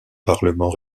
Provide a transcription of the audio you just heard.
parlement